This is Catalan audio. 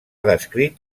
descrit